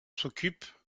s’occupe